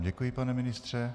Děkuji vám, pane ministře.